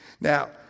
Now